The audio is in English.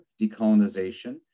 decolonization